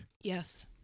Yes